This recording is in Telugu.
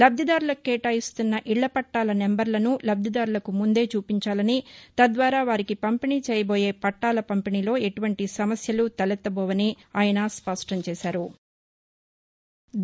లబ్దిదారులకు కేటాయిస్తున్న ఇళ్లపట్టాల నెంబర్లను లబ్దిదారులకు ముందే చూపించాలని తద్వారా వారికి పంపిణీ చేయబోయే పట్టాల పంపిణీలో ఎటువంటి సమస్యలు తలెత్తబోవని ఆయన స్పష్టం చేసారు